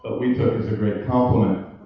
ah we took as a great compliment.